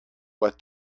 what